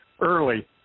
early